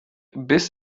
biss